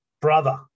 brother